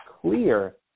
clear